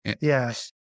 Yes